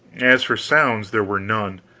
as for sounds, there were none.